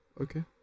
Okay